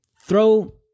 throw